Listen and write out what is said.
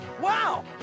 Wow